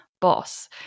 boss